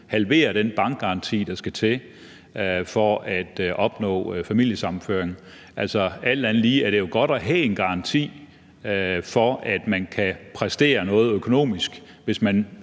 halverer den bankgaranti, der skal til for at opnå familiesammenføring? Alt andet lige er det jo godt at have en garanti for, at man kan præstere noget økonomisk, hvis man